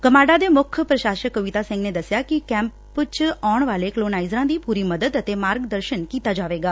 ਗਮਾਡਾ ਦੇ ਮੁੱਖ ਪ੍ਰਸ਼ਾਸਨ ਕਵਿਤਾ ਸਿੰਘ ਨੇ ਦਸਿਆ ਕਿ ਕੈਪ ਚ ਆਉਣ ਵਾਲੇ ਕੋਲੋਨਾਈਜ਼ਰਾ ਦੀ ਪੁਰੀ ਮਦਦ ਅਤੇ ਮਾਰਗ ਦਰਸ਼ਨ ਕੀਤਾ ਜਾਵੇਗਾ